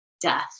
death